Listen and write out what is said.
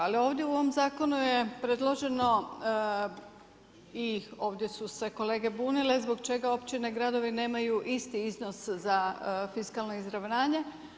Ali ovdje u ovom zakonu je predloženo i ovdje su se kolege bunile zbog čega općine, gradovi nemaju isti iznos za fiskalno izravnanje.